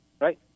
right